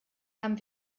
haben